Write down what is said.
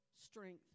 strength